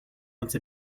once